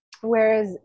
Whereas